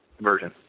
version